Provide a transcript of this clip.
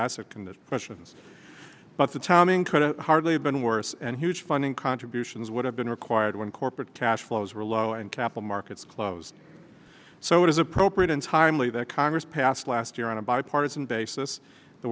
assoc and the questions about the timing credit hardly been worse and huge funding contributions would have been required when corporate cash flows were low and capital markets closed so it is appropriate entirely that congress passed last year on a bipartisan basis the